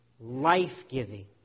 Life-giving